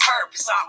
purpose